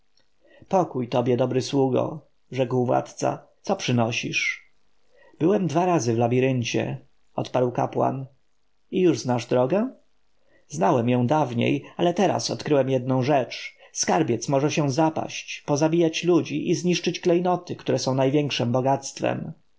pokój tobie dobry sługo rzekł władca co przynosisz byłem dwa razy w labiryncie odparł kapłan i już znasz drogę znałem ją dawniej ale teraz odkryłem jedną rzecz skarbiec może się zapaść pozabijać ludzi i zniszczyć klejnoty kióre są największem bogactwem